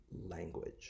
language